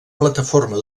plataforma